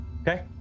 Okay